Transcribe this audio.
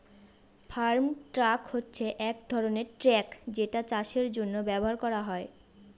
farm truck হচ্ছে এক ধরনের ট্র্যাক যেটা চাষের জন্য ব্যবহার করা হয়